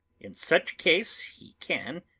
in such case he can,